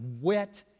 wet